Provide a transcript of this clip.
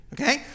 okay